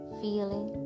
feeling